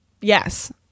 Yes